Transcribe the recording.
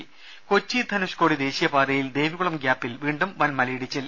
ദരദ കൊച്ചി ധനുഷ്ക്കോടി ദേശീയപാതയിൽ ദേവികുളം ഗ്യാപ്പിൽ വീണ്ടും വൻ മലയിടിച്ചിൽ